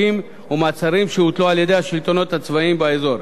ומעצרים שהוטלו על-ידי השלטונות הצבאיים באזור,